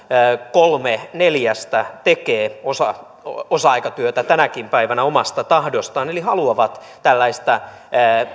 kolme neljästä tekee osa osa aikatyötä tänäkin päivänä omasta tahdostaan eli he haluavat tällaista